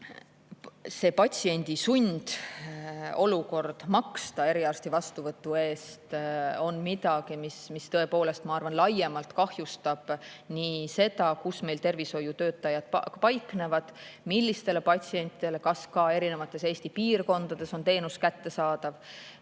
See patsiendi sundolukord maksta eriarsti vastuvõtu eest on midagi, mis tõepoolest, ma arvan, laiemalt kahjustab seda, kus meil tervishoiutöötajad paiknevad, millistele patsientidele ja kas ka erinevates Eesti piirkondades on teenus kättesaadav.